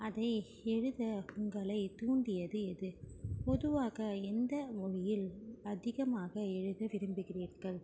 அதை எழுத உங்களை தூண்டியது எது பொதுவாக எந்த மொழியில் அதிகமாக எழுத விரும்புகிறீர்கள்